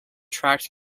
tract